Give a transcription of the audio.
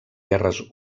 guerres